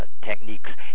techniques